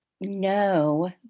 No